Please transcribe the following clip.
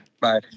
Bye